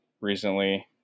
recently